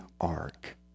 ark